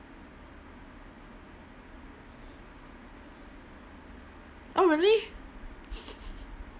oh really